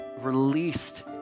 released